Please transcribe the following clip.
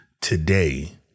today